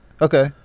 Okay